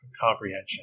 comprehension